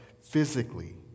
physically